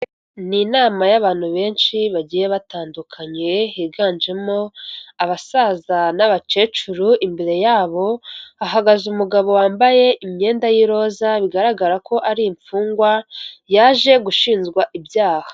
Ni inama y'abantu benshi bagiye batandukanye higanjemo, abasaza n'abakecuru imbere yabo, hahagaze umugabo wambaye imyenda y'iroza bigaragara ko ari imfungwa yaje gushinjwa ibyaha.